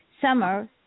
Summer